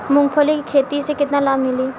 मूँगफली के खेती से केतना लाभ मिली?